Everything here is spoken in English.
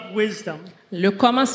wisdom